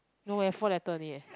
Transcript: no eh four letter only eh